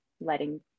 letting